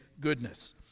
goodness